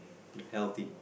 healthy